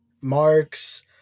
Marks